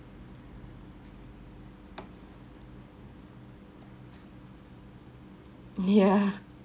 yeah